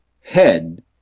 head